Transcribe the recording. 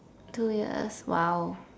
two years !wow!